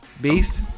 beast